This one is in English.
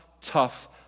tough